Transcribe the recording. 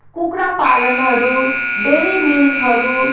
कुखुरा पालनहरू डेरी मिल्कहरू